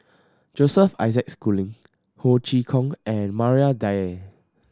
Joseph Isaac Schooling Ho Chee Kong and Maria Dyer